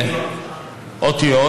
אותיות.